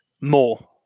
More